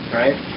right